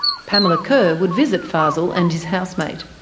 pamela curr would visit fazel and his housemate.